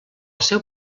seu